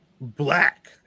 black